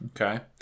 okay